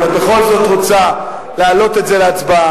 אם את בכל זאת רוצה להעלות את זה להצבעה,